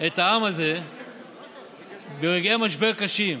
את העם הזה ברגעי משבר קשה.